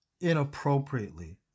inappropriately